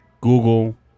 Google